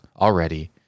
already